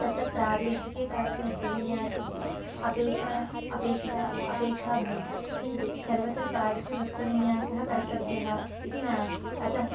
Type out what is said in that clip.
तत्र प्रादेशिके तादृशं वस्त्रविन्यासस्य अपेक्षणम् अपेक्षितम् अपेक्षा भवति किन्तु सर्वत्र तादृशः वस्त्रविन्यासः कर्तव्यः इति नास्ति अतः